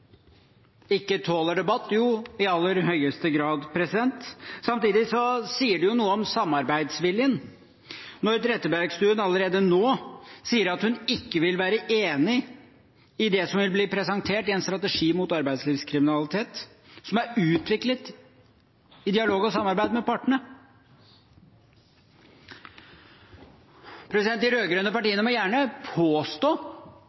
ikke tåler debatt – jo, i aller høyeste grad. Samtidig sier det jo noe om samarbeidsviljen når Trettebergstuen allerede nå sier at hun ikke vil være enig i det som vil bli presentert i en strategi mot arbeidslivskriminalitet, som er utviklet i dialog og i samarbeid med partene. De